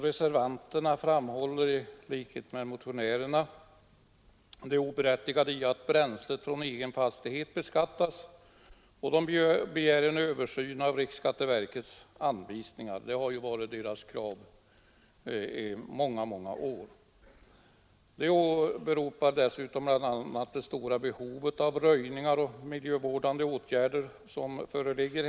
Reservanterna framhåller i likhet med motionärerna det oberättigade i att bränslet från egen fastighet beskattas och begär en översyn av riksskatteverkets anvisningar. Detta har ju varit kravet i många, många år. De åberopar bl.a. det stora behov av röjningar och miljövårdande åtgärder som föreligger.